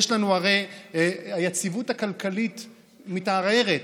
הרי היציבות הכלכלית מתערערת,